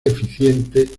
eficiente